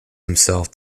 himself